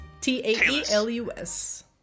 T-A-E-L-U-S